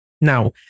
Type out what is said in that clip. Now